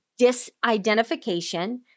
disidentification